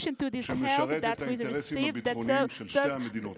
שמשרת את האינטרסים הביטחוניים של שתי המדינות שלנו.